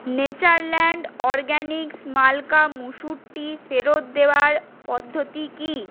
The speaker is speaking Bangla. নেচারল্যান্ড অরগ্যানিক্স মালকা মুসুরটি ফেরত দেওয়ার পদ্ধতি কী